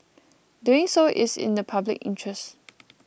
doing so is in the public interest